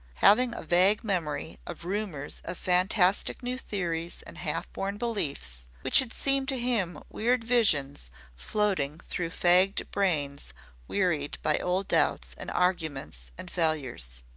having a vague memory of rumors of fantastic new theories and half-born beliefs which had seemed to him weird visions floating through fagged brains wearied by old doubts and arguments and failures.